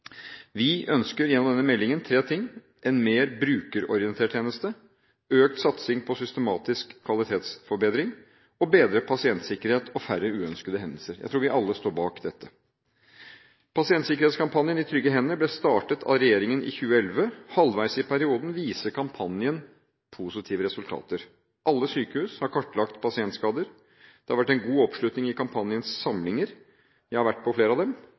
Vi ønsker tre ting gjennom denne meldingen: en mer brukerorientert tjeneste økt satsing på systematisk kvalitetsforbedring bedret pasientsikkerhet og færre uønskede hendelser Jeg tror vi alle står bak dette. Pasientsikkerhetskampanjen I trygge hender ble startet av regjeringen i 2011. Halvveis i perioden viser kampanjen positive resultater. Alle sykehus har kartlagt pasientskader, det har vært en god oppslutning til kampanjens samlinger – jeg har vært på flere av dem